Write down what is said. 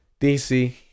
DC